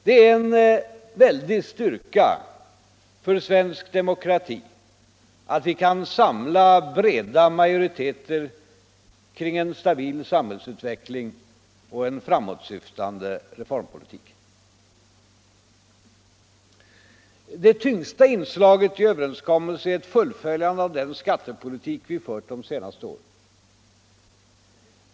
Det är en väldig styrka för svensk demokrati att vi kan samla breda majoriteter kring en stabil samhällsutveckling och en framåtsyftande reformpolitik. Det tyngsta inslaget i överenskommelsen är ett fullföljande av den skattepolitik vi fört de senaste åren.